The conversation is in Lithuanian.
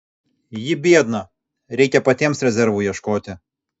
ji biedna reikia patiems rezervų ieškoti